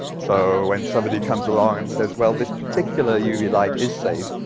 so when somebody comes along and says, well, this particular uv light is safe,